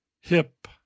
hip